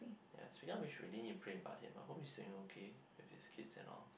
yes we know we should pray about it but whom is saying okay if with kids and all